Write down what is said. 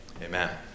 Amen